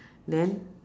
then